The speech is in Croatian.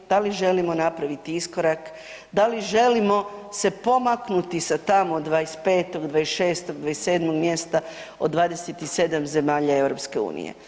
Da li želimo napraviti iskorak, da li želimo se pomaknuti sa tamo 25., 26., 27. mjesta od 27 zemalja EU?